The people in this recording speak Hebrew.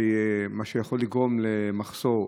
מה שיכול לגרום למחסור.